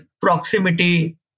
proximity